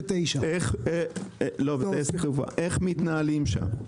איך מתנהלים שם.